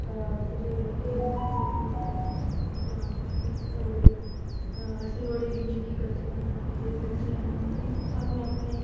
जां कुछ बी कुसै दे रिलीज़न गी गलत निं आक्खना ओह्दे ई गलत निं आक्खना अपने अपने